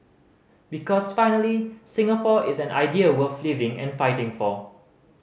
because finally Singapore is an idea worth living and fighting for